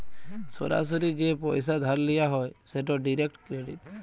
সরাসরি যে পইসা ধার লিয়া হ্যয় সেট ডিরেক্ট ক্রেডিট